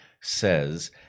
says